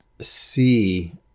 see